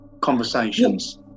conversations